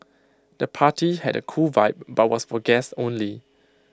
the party had A cool vibe but was for guests only